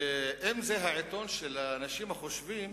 אם זה העיתון של האנשים החושבים,